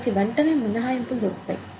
మనకి వెంటనే మినహాయింపులు దొరుకుతాయి